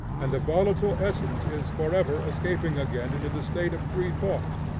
and the volatile essence is forever escaping again into the state of free thought.